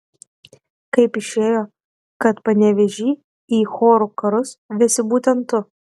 kaip išėjo kad panevėžį į chorų karus vesi būtent tu